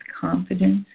confidence